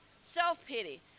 self-pity